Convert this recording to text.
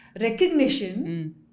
recognition